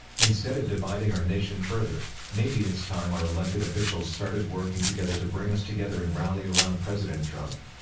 instead of dividing our nation further, maybe it's time our elected officials started working together to bring us together and rally around president trump.